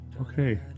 Okay